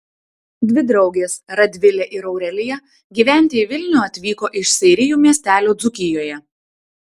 dvi draugės radvilė ir aurelija gyventi į vilnių atvyko iš seirijų miestelio dzūkijoje